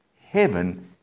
heaven